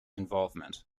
involvement